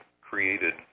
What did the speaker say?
created